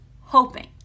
hoping